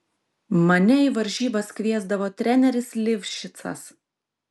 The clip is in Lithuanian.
mane į varžybas kviesdavo treneris livšicas